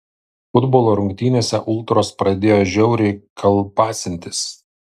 futbolo rungtynėse ultros pradėjo žiauriai kalbasintis